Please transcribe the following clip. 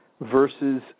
versus